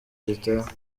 gitaha